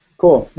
cool,